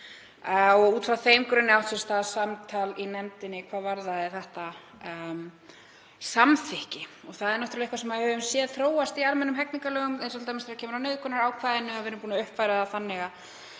Út frá þeim grunni átti sér stað samtal í nefndinni hvað varðaði þetta samþykki. Það er eitthvað sem við höfum séð þróast í almennum hegningarlögum, eins og t.d. þegar kemur að nauðgunarákvæðinu; við erum búin að uppfæra það þannig að